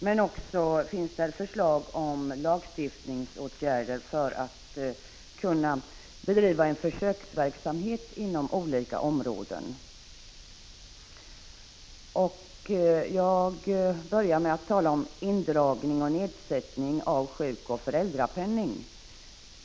Det finns också förslag till lagstiftningsåtgärder för att man skall kunna bedriva en försöksverksamhet inom olika områden. Jag börjar med att tala om indragning och nedsättning av sjukoch föräldrapenning.